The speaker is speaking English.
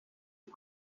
the